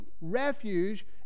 refuge